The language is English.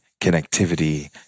connectivity